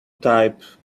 type